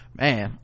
man